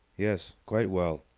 yes, quite well.